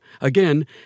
Again